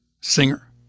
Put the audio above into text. Singer